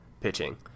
pitching